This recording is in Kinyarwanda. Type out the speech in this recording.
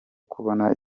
kubona